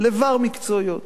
לבר-מקצועיות.